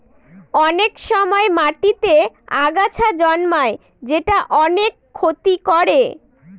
অনেক সময় মাটিতেতে আগাছা জন্মায় যেটা অনেক ক্ষতি করে